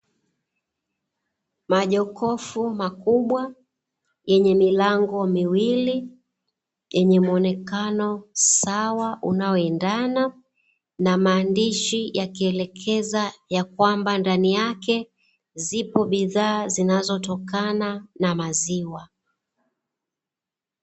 Majokofu makubwa yenye milango miwili, yenye muonekano sawa unaoedana, na maandishi yakielekeza ya kwamba ndani yake zipo bidhaa zinazotokana na maziwa.